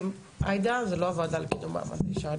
עאידה זה לא הוועדה לקידום מעמד האישה,